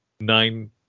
Nine